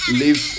live